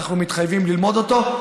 אנחנו מתחייבים ללמוד אותו.